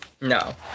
No